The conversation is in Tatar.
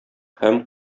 һәм